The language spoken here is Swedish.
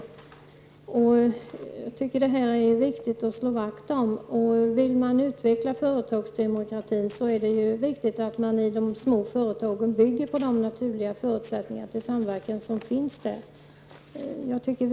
Det är viktigt att slå vakt om detta. Om man vill utveckla företagsdemokrati är det viktigt att man i de små företagen bygger på de naturliga förutsättningarna till samverkan som finns där.